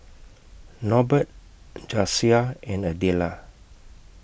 Norbert Jasiah and Adella